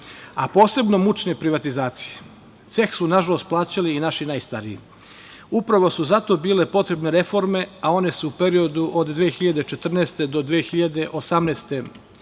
a posebno mučne privatizacije. Ceh su nažalost plaćali i naši najstariji. Upravo su zato bile potrebne reforme, a one su u periodu od 2014. do 2018.